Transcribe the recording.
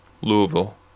Louisville